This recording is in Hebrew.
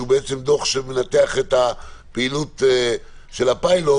שהוא דוח שמנתח את הפעילות של הפיילוט